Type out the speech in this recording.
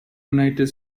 united